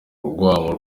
urwamo